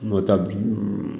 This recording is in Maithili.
ओतऽ